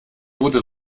wurde